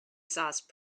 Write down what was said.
sauce